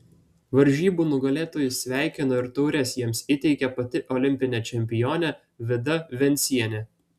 varžybų nugalėtojus sveikino ir taures jiems įteikė pati olimpinė čempionė vida vencienė